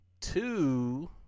Two